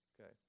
okay